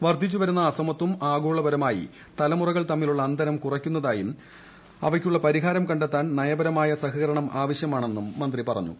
വർദ്ധിച്ചു വരുന്ന അസമത്വം ആഗോള പരമായി തലമുറകൾ തമ്മിലുള്ള അന്തരം കുറയ്ക്കുന്നതായും അവയ്ക്കുള്ള പരിഹാരം കണ്ടെത്താൻ നയപരമായ സഹകരണം ആവശ്യമാണെന്നും അവർ പറഞ്ഞു